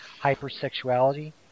hypersexuality